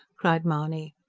cried mahony.